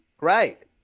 right